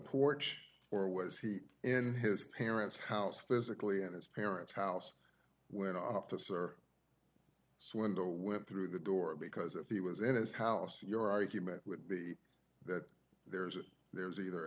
porch or was he in his parents house physically at his parents house when officer so window went through the door because if he was in his house your argument would be that there's a there's either